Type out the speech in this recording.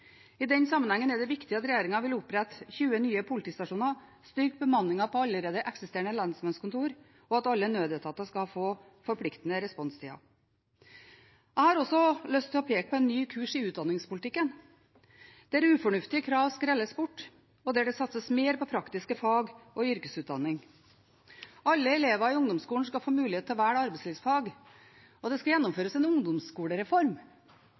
I den sammenhengen er det viktig at regjeringen vil opprette 20 nye politistasjoner og styrke bemanningen på allerede eksisterende lensmannskontorer, og at alle nødetater skal få forpliktende responstider. Jeg har også lyst til å peke på en ny kurs i utdanningspolitikken, der ufornuftige krav skrelles bort, og der det satses mer på praktiske fag og yrkesutdanning. Alle elever i ungdomsskolen skal få mulighet til å velge arbeidslivsfag, og det skal gjennomføres en ungdomsskolereform